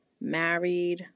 married